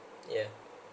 yeah